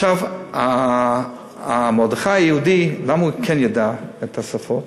עכשיו, מרדכי היהודי, למה הוא כן ידע את השפות?